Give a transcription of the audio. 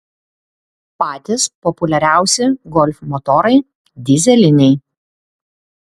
patys populiariausi golf motorai dyzeliniai